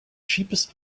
cheapest